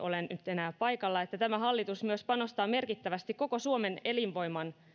enää paikalla että tämä hallitus myös panostaa merkittävästi koko suomen elinvoimaan